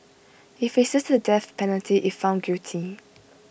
he faces the death penalty if found guilty